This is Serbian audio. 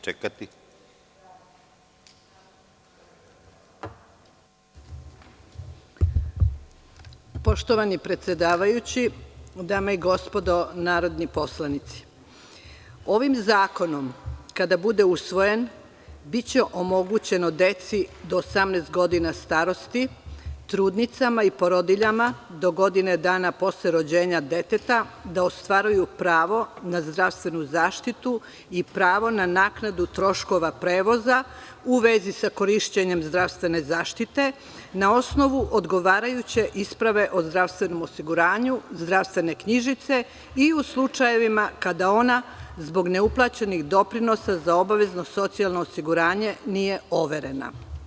Poštovani predsedavajući, dame i gospodo narodni poslanici, ovim zakonom kada bude usvojen biće omogućeno deci do 18 godina starosti, trudnicama i porodiljama do godinu dana posle rođenja deteta da ostvaruju pravo na zdravstvenu zaštitu i pravo na naknadu troškova prevoza u vezi sa korišćenjem zdravstvene zaštite na osnovu odgovarajuće isprave o zdravstvenom osiguranju, zdravstvene knjižice i u slučajevima kada ona zbog neuplaćenih doprinosa za obavezno socijalno osiguranje nije overena.